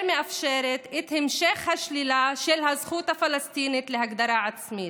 מאפשרת את המשך השלילה של הזכות הפלסטינית להגדרה עצמית.